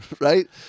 right